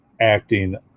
acting